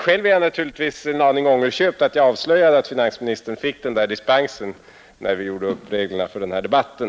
Själv är jag naturligtvis en aning ångerköpt över att jag avslöjade att finansministern beviljades dispens när vi gjorde upp reglerna för denna debatt!